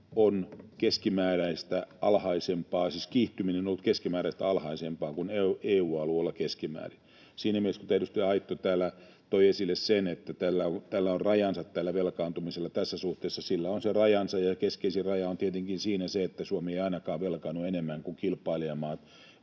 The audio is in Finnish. Suomessa julkisen velan kiihtyminen on ollut alhaisempaa kuin EU-alueella keskimäärin. Siinä mielessä, kun edustaja Autto täällä toi esille, että tällä velkaantumisella on rajansa, niin tässä suhteessa sillä on se rajansa, ja keskeisin raja on tietenkin se, että Suomi ei ainakaan velkaannu enemmän kuin kilpailijamaat